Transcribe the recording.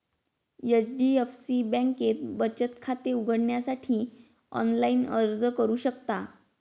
HDFC बँकेत बचत खाते उघडण्यासाठी ऑनलाइन अर्ज करू शकता